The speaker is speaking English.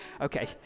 Okay